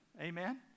Amen